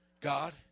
God